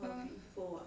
uh